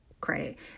credit